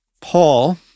Paul